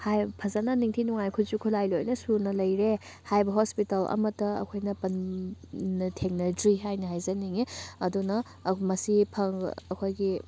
ꯐꯖꯅ ꯅꯤꯡꯊꯤ ꯅꯨꯡꯉꯥꯏꯅ ꯈꯨꯠꯁꯨ ꯈꯨꯠꯂꯥꯏ ꯂꯣꯏꯅ ꯁꯨꯅ ꯂꯩꯔꯦ ꯍꯥꯏꯕ ꯍꯣꯁꯄꯤꯇꯥꯜ ꯑꯃꯇ ꯑꯩꯈꯣꯏꯅ ꯊꯦꯡꯅꯗ꯭ꯔꯤ ꯍꯥꯏꯅ ꯍꯥꯏꯖꯅꯤꯡꯉꯤ ꯑꯗꯨꯅ ꯃꯁꯤ ꯑꯩꯈꯣꯏꯒꯤ